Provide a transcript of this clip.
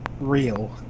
real